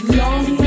long